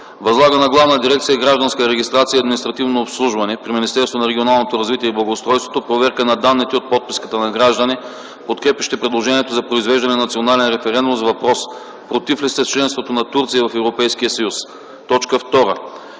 Възлага на Главна дирекция „Гражданска регистрация и административно обслужване” при Министерството на регионалното развитие и благоустройството проверка на данните от подписката на граждани, подкрепящи предложението за произвеждане на национален референдум с въпрос: „Против ли сте членството на Турция в Европейския съюз?”. 2.